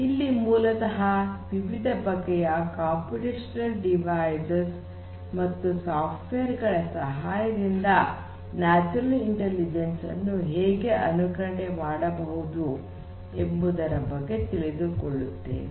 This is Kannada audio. ಇಲ್ಲಿ ಮೂಲತಃ ವಿವಿಧ ಬಗೆಯ ಕಂಪ್ಯೂಟೇಷನಲ್ ಡಿವೈಸೆಸ್ ಮತ್ತು ಸಾಫ್ಟ್ವೇರ್ ಗಳ ಸಹಾಯದಿಂದ ನ್ಯಾಚುರಲ್ ಇಂಟೆಲಿಜೆನ್ಸ್ ಅನ್ನು ಹೇಗೆ ಅನುಕರಣೆ ಮಾಡಬಹುದು ಎಂಬುದರ ಬಗ್ಗೆ ತಿಳಿದುಕೊಳ್ಳುತ್ತೇವೆ